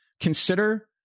consider